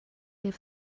give